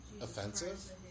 offensive